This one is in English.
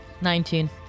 nineteen